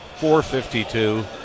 452